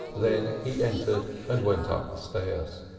then he entered and went up the stairs.